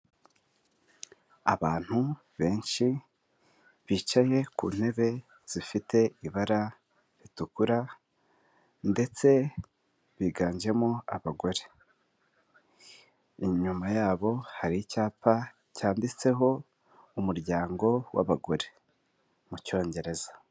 Abantu benshi bicaye ku ntebe zifite ibara ritukura ndetse biganjemo abagore, inyuma yabo hari icyapa cyanditseho umuryango w'abagore mu cyongereza.